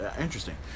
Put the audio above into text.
interesting